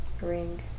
ring